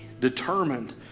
determined